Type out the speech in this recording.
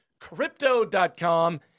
Crypto.com